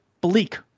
bleak